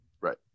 right